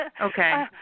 Okay